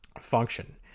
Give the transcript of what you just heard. Function